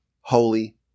holy